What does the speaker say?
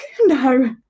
No